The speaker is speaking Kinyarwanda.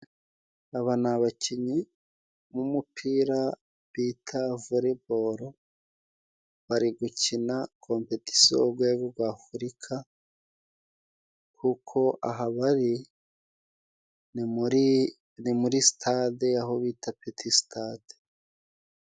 Aba ni abakinnyi b'umupira bita voreboro, bari gukina kompetisiyo urwego rw'Afurika, kuko aha bari ni muri sitade aho bita peti sitade.